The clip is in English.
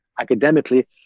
academically